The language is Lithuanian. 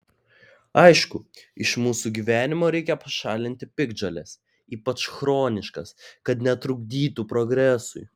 aišku iš mūsų gyvenimo reikia pašalinti piktžoles ypač chroniškas kad netrukdytų progresui